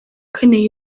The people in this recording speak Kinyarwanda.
kane